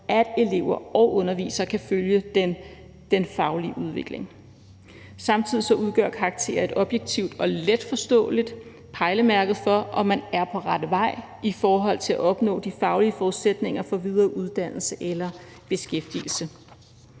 at elever og undervisere kan følge den faglige udvikling. Samtidig udgør karakterer et objektivt og let forståeligt pejlemærke for, om man er på rette vej i forhold til at opnå de faglige forudsætninger for videre uddannelse eller beskæftigelse.